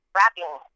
rapping